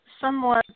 somewhat